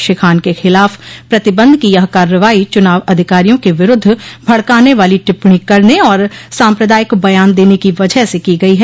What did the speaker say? श्री खान के खिलाफ प्रतिबंध की यह कार्रवाई चूनाव अधिकारियों के विरूद्ध भड़काने वाली टिप्पणी करने और साम्प्रदायिक बयान देने की वजह से की गई है